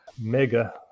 mega